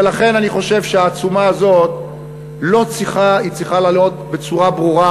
ולכן אני חושב שהעצומה הזאת צריכה להיות בצורה ברורה,